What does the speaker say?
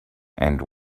and